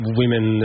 women